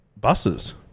buses